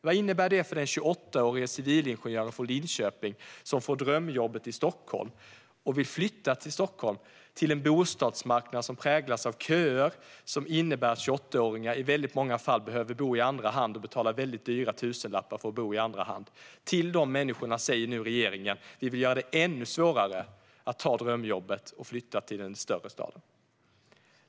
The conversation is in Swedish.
Vad innebär det för den 28-åriga civilingenjören från Linköping som får drömjobbet i Stockholm och vill flytta dit, till en bostadsmarknad som präglas av köer och som innebär att 28-åringar i väldigt många fall måste betala dyra tusenlappar för att bo i andra hand? Till dessa människor säger nu regeringen: Vi vill göra det ännu svårare att ta drömjobbet och flytta till en större stad!